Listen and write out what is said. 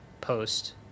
post